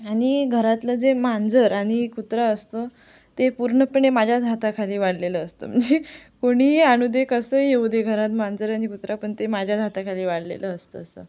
आणि घरातलं जे मांजर आणि कुत्रा असतो ते पूर्णपणे माझ्याच हाताखाली वाढलेलं असतं म्हणजे कोणीही आणू दे कसंही येऊ दे घरात मांजर आणि कुत्रा पण ते माझ्याच हाताखाली वाढलेलं असतं असं